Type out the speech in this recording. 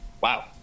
Wow